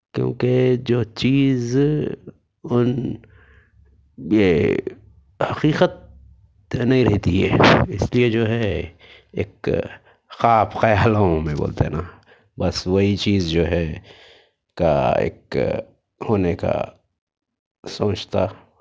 کیونکہ جو چیز ان یہ حقیقت نہیں رہتی ہے اس لئے جو ہے ایک خواب خیالوں میں بولتے ہیں نا بس وہی چیز جو ہے کا ایک ہونے کا سمجھتا